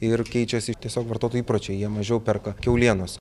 ir keičiasi tiesiog vartotojų įpročiai jie mažiau perka kiaulienos